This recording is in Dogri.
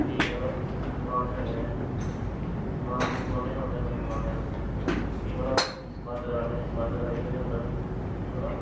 फ्ही मतलब दुकान च चली जन्ने दुकान फ्ही बौह्ने शोने अपनी दुकानै ते फ्ही मतलब बंद कराने बंद कराइयै फ्ही अंदर फ्ही मतलब